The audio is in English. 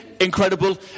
Incredible